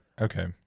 Okay